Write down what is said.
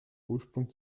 ursprung